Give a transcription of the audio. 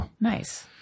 Nice